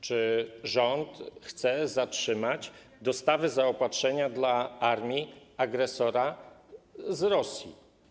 Czy rząd chce zatrzymać dostawy zaopatrzenia dla armii agresora z Rosji?